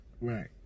Right